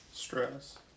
stress